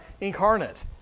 incarnate